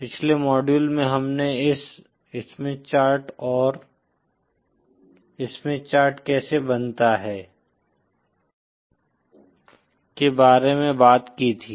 पिछले मॉड्यूल में हमने इस स्मिथ चार्ट और स्मिथ चार्ट कैसे बनता है के बारे में बात की थी